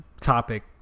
topic